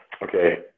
okay